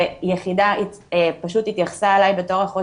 והיחידה פשוט התייחסה אלי בתור אחות